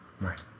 Right